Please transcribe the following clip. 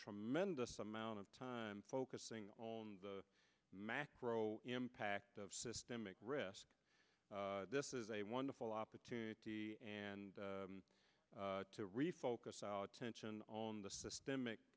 tremendous amount of time focusing on the macro impact of systemic risk this is a wonderful opportunity and to refocus out tension on the systemic